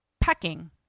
Pecking